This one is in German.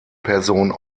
person